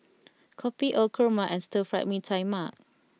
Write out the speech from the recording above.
Kopi O Kurma and Stir Fried Mee Tai Mak